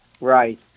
right